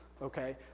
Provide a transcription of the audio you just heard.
Okay